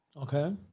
Okay